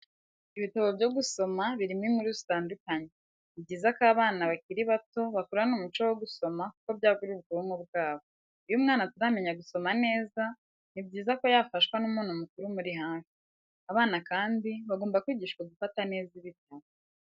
Ibitabo byo gusoma birimo inkuru zitandukanye, ni byiza ko abana bakiri bato bakurana umuco wo gusoma kuko byagura ubwonko bwabo, iyo umwana ataramenya gusoma neza ni byiza ko yafashwa n'umuntu mukuru umuri hafi. Abana kandi bagomba kwigishwa gufata neza ibitabo.